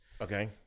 Okay